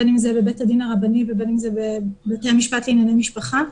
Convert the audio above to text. אם זה בבית-הדין הרבני ובין בבתי-המשפט לענייני משפחה.